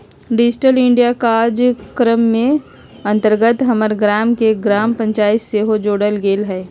digital India काजक्रम के अंतर्गत हमर गाम के ग्राम पञ्चाइत के सेहो जोड़ल गेल हइ